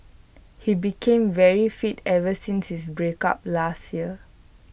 he became very fit ever since his breakup last year